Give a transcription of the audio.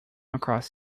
across